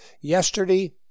Yesterday